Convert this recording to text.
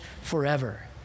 forever